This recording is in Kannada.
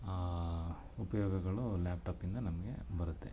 ಉಪಯೋಗಗಳು ಲ್ಯಾಪ್ಟಾಪಿಂದ ನಮಗೆ ಬರುತ್ತೆ